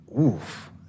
Oof